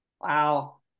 Wow